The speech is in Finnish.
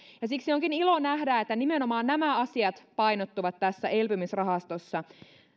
ja siksi onkin ilo nähdä että nimenomaan nämä asiat painottuvat tässä elpymisrahastossa